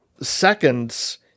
Seconds